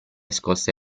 scosse